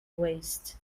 waste